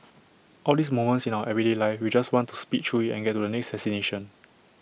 all these moments in our everyday life we just want to speed through IT and get to the next destination